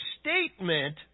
statement